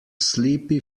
sleepy